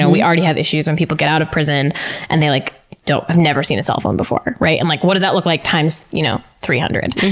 and we already have issues when people get out of prison and they like have never seen a cell phone before. right? and like what does that look like times, you know, three hundred?